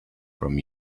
from